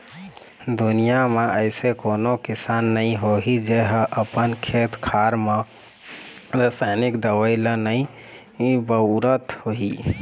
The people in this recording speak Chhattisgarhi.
दुनिया म अइसे कोनो किसान नइ होही जेहा अपन खेत खार म रसाइनिक दवई ल नइ बउरत होही